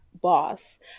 boss